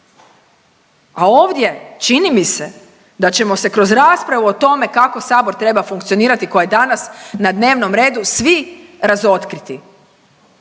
A ovdje čini mi se da ćemo se kroz raspravu o tome kako sabor treba funkcionirati koja je danas na dnevnom redu svi razotkriti